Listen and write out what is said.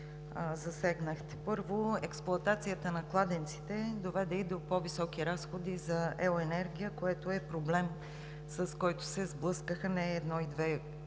Първо, експлоатацията на кладенците доведе и до по-високи разходи за ел. енергия, което е проблем, с който се сблъскаха не едно и две